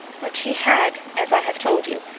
but she had, as i have told you,